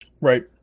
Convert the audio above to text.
Right